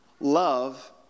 love